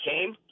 came